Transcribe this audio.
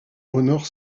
honore